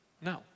No